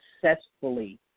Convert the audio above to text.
successfully